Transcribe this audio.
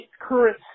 current